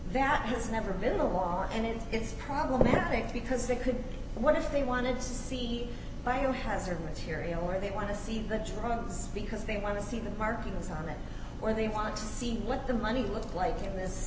that has never been the law and it's problematic because they could what if they wanted to see biohazard material where they want to see the drugs because they want to see the markings on it or they want to see what the money looks like